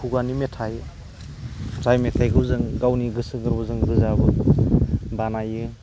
खुगानि मेथाइ जाय मेथाइखौ जों गावनि गोसो गोरबोजों रोजाबो बानायो